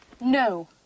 No